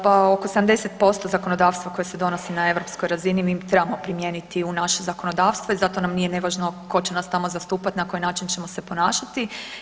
Pa oko 70% zakonodavstva koje se donosi na europskoj razni, mi trebamo primijeniti u naše zakonodavstvo i zato nam nije nevažno ko će nas tamo zastupat, na koji način ćemo se ponašati.